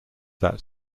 that